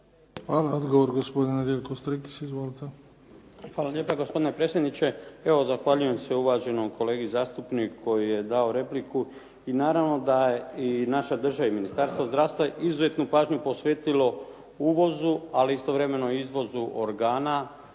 Hvala. Odgovor, gospodin Nedjeljko Strikić. Izvolite. **Strikić, Nedjeljko (HDZ)** Hvala lijepa gospodine predsjedniče. Evo, zahvaljujem se uvaženom kolegi zastupniku koji je dao repliku i naravno da i naša država i Ministarstvo zdravstva izuzetnu pažnju je posvetilo uvozu, ali istovremeno i izvozu organa